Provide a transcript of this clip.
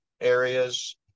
areas